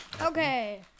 okay